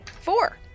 Four